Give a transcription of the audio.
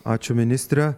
ačiū ministre